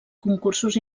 concursos